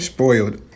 Spoiled